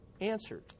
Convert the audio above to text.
answered